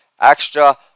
extra